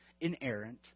inerrant